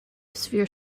severe